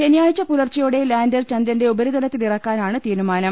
ശനിയാഴ്ച പുലർച്ചെയോടെ ലാന്റർ ചന്ദ്രന്റെ ഉപരിതലത്തിൽ ഇറക്കാനാണ് തീരുമാനം